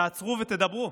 תעצרו ותדברו.